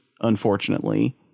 unfortunately